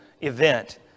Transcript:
event